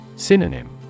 synonym